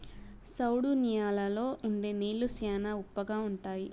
సౌడు న్యాలల్లో ఉండే నీళ్లు శ్యానా ఉప్పగా ఉంటాయి